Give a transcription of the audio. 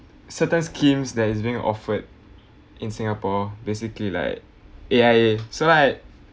certain schemes that is being offered in singapore basically like A_I_A so like